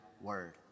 word